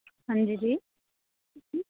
हांजी